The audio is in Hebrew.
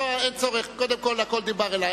אין צורך, קודם כול, הכול דובר אלי.